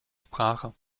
sprache